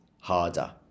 harder